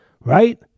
right